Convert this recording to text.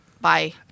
bye